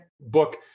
book